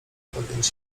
podjąć